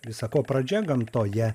visa ko pradžia gamtoje